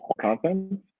content